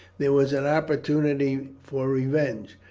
there was an opportunity for revenge,